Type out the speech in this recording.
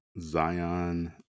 Zion